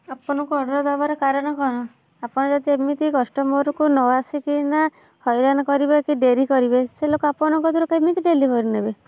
ଆପଣଙ୍କୁ ଅର୍ଡ଼ର ଦବାର କାରଣ କ'ଣ ଆପଣ ଯଦି ଏମିତି କଷ୍ଟମରକୁ ନ ଆସିକିନା ହଇରାଣ କରିବେ କି ଡେରି କରିବେ ସେ ଲୋକ ଆପଣଙ୍କ କତୁରୁ କେମିତି ଡେଲିଭରି ନେବେ